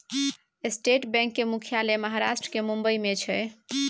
state Bank केर मुख्यालय महाराष्ट्र केर मुंबई मे छै